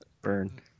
Burn